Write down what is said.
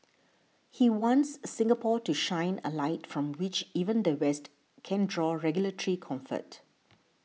he wants Singapore to shine a light from which even the West can draw regulatory comfort